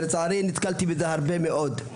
אך לצערי נתקלתי בזה כבר הרבה מאוד.